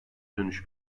dönüş